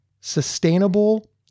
sustainable